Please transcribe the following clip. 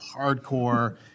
hardcore